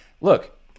look